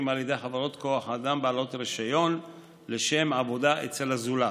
על ידי חברות כוח אדם בעלות רישיון לשם עבודה אצל הזולת.